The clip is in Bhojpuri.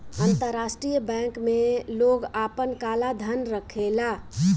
अंतरराष्ट्रीय बैंक में लोग आपन काला धन रखेला